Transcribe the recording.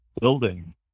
Building